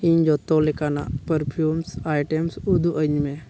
ᱤᱧ ᱡᱷᱚᱛᱚ ᱞᱮᱠᱟᱱᱜ ᱯᱟᱨᱯᱷᱤᱭᱩᱢ ᱟᱭᱴᱮᱢ ᱩᱫᱩᱜ ᱟᱹᱧ ᱢᱮ